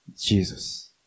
Jesus